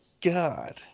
God